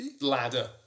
Ladder